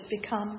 become